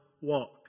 walk